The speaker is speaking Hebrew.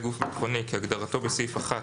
"גוף ביטחוני" כהגדרתו בסעיף 1,